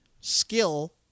skill